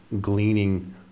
gleaning